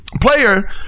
player